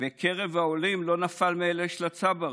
מקרב העולים לא נפל מזה של הצברים,